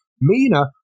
Mina